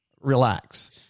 relax